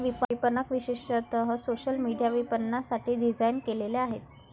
विपणक विशेषतः social media विपणनासाठी डिझाइन केलेले आहेत